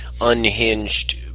unhinged